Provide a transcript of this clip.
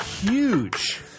huge